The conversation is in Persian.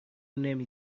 نمی